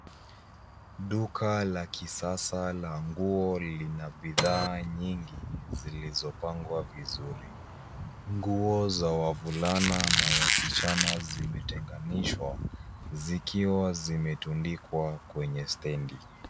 Duka la kisasa la nguo lina bidhaa nyingi zilizopangwa vizuri. Nguo za wavulana na wasichana zimetenganishwa zikiwa zimetundikwa kwenye stendi.